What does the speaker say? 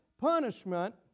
punishment